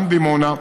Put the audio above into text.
גם דימונה,